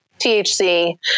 THC